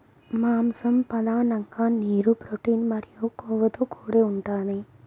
మాంసం పధానంగా నీరు, ప్రోటీన్ మరియు కొవ్వుతో కూడి ఉంటాది